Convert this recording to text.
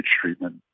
treatment